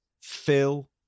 Phil